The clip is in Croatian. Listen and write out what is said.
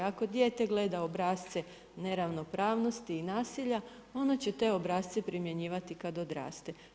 Ako dijete gleda obrasce neravnopravnosti i nasilja, ono će te obrasce primjenjivati kad odraste.